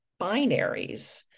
binaries